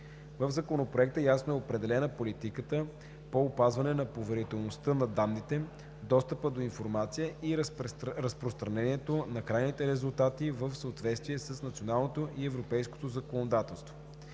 В Законопроекта ясно е определена политиката по опазване на поверителността на данните, достъпа до информация и разпространението на крайните резултати в съответствие с националното и европейското законодателство.